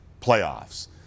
playoffs